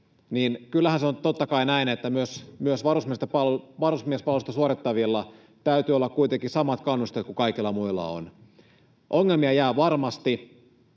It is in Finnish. kyllähän se on totta kai näin, että myös varusmiespalvelusta suorittavilla täytyy olla kuitenkin samat kannusteet kuin kaikilla muilla on. Ongelmia jää varmasti,